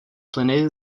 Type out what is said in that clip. plyny